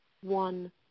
one